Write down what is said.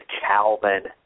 Calvin